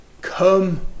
come